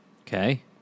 okay